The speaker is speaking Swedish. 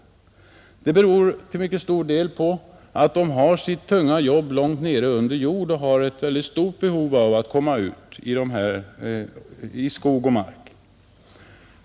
Detta beror till mycket stor del på att de har sitt tunga jobb långt nere under jord och därför har stort behov av att komma ut i skog och mark.